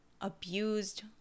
abused